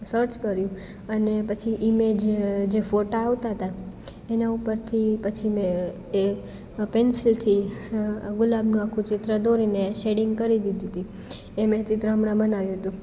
search કર્યું અને પછી ઈમેજ જે ફોટા આવતા હતા એના ઉપરથી પછી મેં એ પેન્સિલથી ગુલાબનું આખું ચિત્ર દોરીને શેડિંગ કરી દીધી એ મેં ચિત્ર હમણાં બનાવ્યું હતું